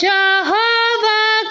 Jehovah